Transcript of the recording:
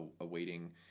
awaiting